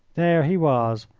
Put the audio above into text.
there he was,